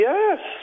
Yes